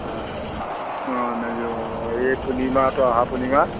অঁ এই পূৰ্ণিমাত অহা পূৰ্ণিমাহ